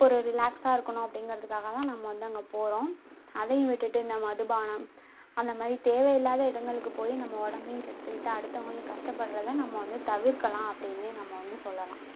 ஒரு ரிலாக்ஸாக இருக்கணும் அப்படிங்கிறதுக்குக்காக தான் நம்ம வந்து அங்கே போகிறோம் அதையும் விட்டுட்டு இந்த மதுபானம் அந்தமாதிரி தேவையில்லாத இடங்களுக்கு போய் நம்ம உடம்பையும் கெடுத்துக்கிட்டு அடுத்தவங்களையும் கஷ்டப்படுறத நம்ம வந்து தவிர்க்கலாம் அப்படினே நம்ம வந்து சொல்லலாம்